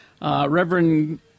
Reverend